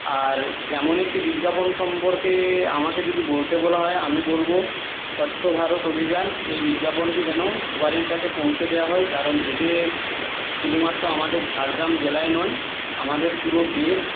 আর এমন একটি বিজ্ঞাপন সম্পর্কে আমাকে যদি বলতে বলা হয় আমি বলব স্বচ্ছ ভারত অভিযান এই বিজ্ঞাপনটি যেন সবারির কাছে পৌঁছে দেওয়া হয় কারণ এতে শুধুমাত্র আমাদের ঝাড়গ্রাম জেলায় নয় আমাদের পুরো দেশ